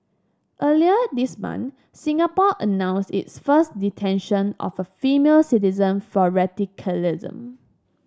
earlier this month Singapore announced its first detention of a female citizen for radicalism